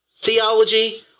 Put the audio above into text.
theology